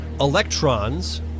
Electrons